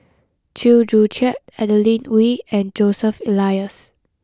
Chew Joo Chiat Adeline Ooi and Joseph Elias